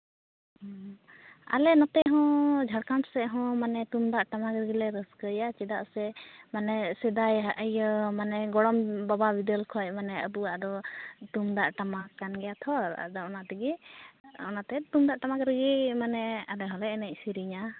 ᱦᱮᱸ ᱟᱞᱮ ᱱᱚᱛᱮ ᱦᱚᱸ ᱡᱷᱟᱲᱠᱷᱚᱸᱰ ᱥᱮᱫ ᱦᱚᱸ ᱛᱩᱢᱫᱟᱜ ᱴᱟᱢᱟᱠ ᱨᱮᱜᱮᱞᱮ ᱨᱟᱹᱥᱠᱟᱹᱭᱟ ᱪᱮᱫᱟᱜ ᱥᱮ ᱢᱟᱱᱮ ᱥᱮᱫᱟᱭ ᱢᱟᱱᱮ ᱜᱚᱲᱚᱢ ᱵᱟᱵᱟ ᱵᱤᱫᱟᱹᱞ ᱠᱷᱚᱱ ᱢᱟᱱᱮ ᱟᱵᱚᱣᱟᱜ ᱫᱚ ᱛᱩᱢᱫᱟᱜ ᱴᱟᱢᱟᱠ ᱠᱟᱱ ᱜᱮᱭᱟᱛᱚ ᱟᱫᱚ ᱚᱱᱟ ᱛᱮᱜᱮ ᱚᱱᱟᱛᱮ ᱛᱩᱢᱫᱟᱜ ᱴᱟᱢᱟᱠ ᱨᱮᱜᱮ ᱢᱟᱱᱮ ᱟᱞᱮ ᱦᱚᱸᱞᱮ ᱮᱱᱮᱡ ᱥᱮᱨᱮᱧᱟ